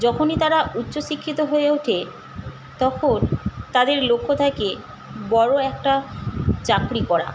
যখনই তারা উচ্চশিক্ষিত হয়ে ওঠে তখন তাদের লক্ষ্য থাকে বড় একটা চাকরি করা